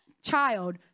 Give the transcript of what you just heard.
Child